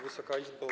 Wysoka Izbo!